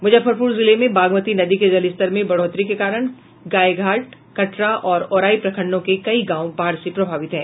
मुजफ्फरपुर जिले में बागमती नदी के जलस्तर में बढ़ोतरी के कारण गायघाट कटरा और औराई प्रखंडों के कई गांव बाढ़ से प्रभावित हैं